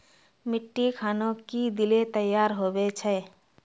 मिट्टी खानोक की दिले तैयार होबे छै?